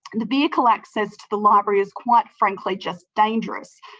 and the vehicle access to the library is quite frankly just dangerous.